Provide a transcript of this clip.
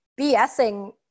bsing